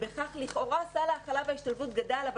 בכך לכאורה סל ההכלה וההשתלבות גדל אבל